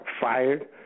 fired